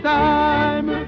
time